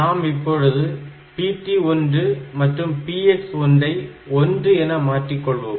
நாம் இப்பொழுது PT1 மற்றும் PX1 ஐ ஒன்று PX11 என மாற்றிக் கொள்வோம்